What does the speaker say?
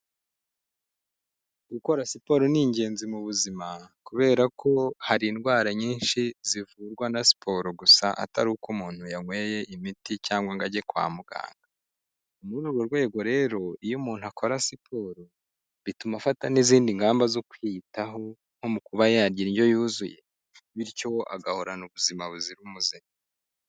Gukora siporo ni ingenzi mu buzima kubera ko hari indwara nyinshi zivurwa na siporo gusa atari uko umuntu yanyweye imiti cyangwa ngo ajye kwa muganga, muri urwo rwego rero iyo umuntu akora siporo bituma afata n'izindi ngamba zo kwiyitaho nko mu kuba yarya indyo yuzuye bityo agahorana ubuzima buzira umuze.